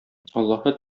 аллаһы